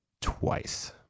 twice